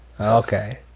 Okay